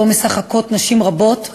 שבו משחקות נשים רבות.